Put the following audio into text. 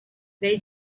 they